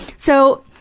so.